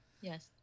yes